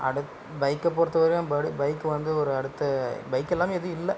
அடுக் பைக்கை பொறுத்த வரையும் படு பைக் வந்து ஒரு அடுத்த பைக் இல்லாமல் எதுவும் இல்லை